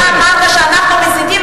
אתה אמרת שאנחנו מסיתים.